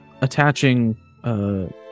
attaching